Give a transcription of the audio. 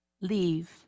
leave